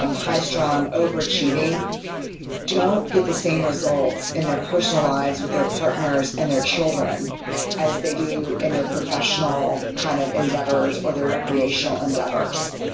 um high-strung, overachieving don't get the same results in their personal lives with their partners and their children as they do in their professional kind of endeavors or their recreational endeavors.